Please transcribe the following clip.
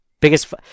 biggest